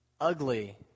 ugly